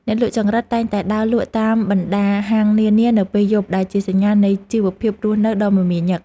អ្នកលក់ចង្រិតតែងតែដើរលក់តាមបណ្តាហាងនានានៅពេលយប់ដែលជាសញ្ញានៃជីវភាពរស់នៅដ៏មមាញឹក។